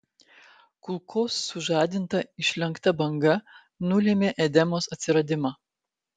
kulkos sužadinta išlenkta banga nulėmė edemos atsiradimą